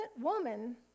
woman